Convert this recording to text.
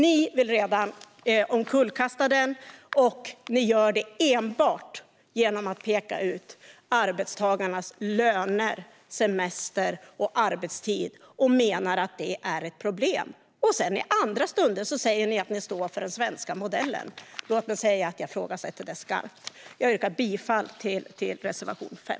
Ni vill redan omkullkasta den. Ni gör det enbart genom att peka ut arbetstagarnas löner, semester och arbetstid som problem, men i andra stunder säger ni att ni står för den svenska modellen. Jag ifrågasätter det starkt. Jag yrkar bifall till reservation 5.